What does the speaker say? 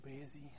busy